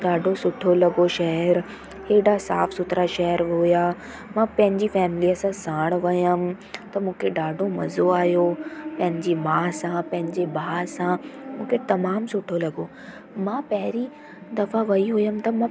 ॾाढो सुठो लॻो शहरु हेॾा साफ़ सुथिरा शहरु हुआ मां पंहिंजी फैमिलीअ सां साण वियमि त मूंखे ॾाढो मज़ो आहियो पंहिंजी माउ सां पंहिंजे भाउ सां मूंखे तमामु सुठो लॻो मां पहिरियों दफ़ा वई हुअमि त मां